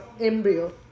embryo